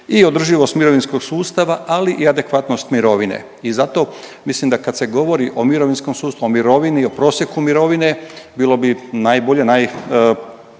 i održivost mirovinskog sustava, ali i adekvatnost mirovine. I zato mislim da kad se govori o mirovinskom sustavu, o mirovini i o prosjeku mirovine bilo bi najbolje, najpoštenije